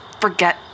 forget